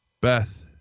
Beth